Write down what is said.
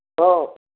हॅं